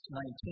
19